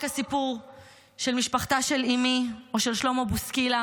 הסיפור של משפחתה של אימי או של שלמה בוסקילה